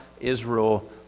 Israel